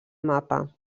mapa